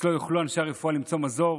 אצלו יוכלו אנשי הרפואה למצוא מזור